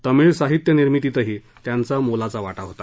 तमिळ साहित्यनिर्मितीत त्यांचा मोलाचा वाटा होता